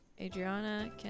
Adriana